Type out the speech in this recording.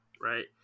right